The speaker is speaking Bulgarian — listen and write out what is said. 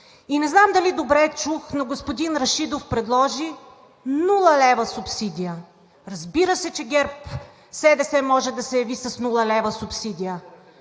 Не знам дали добре чух, но господин Рашидов предложи нула лева субсидия. Разбира се, че ГЕРБ-СДС може да се яви с нула лева субсидия.